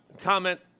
comment